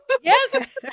Yes